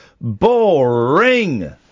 Boring